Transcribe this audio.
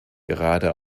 gerade